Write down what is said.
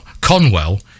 conwell